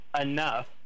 enough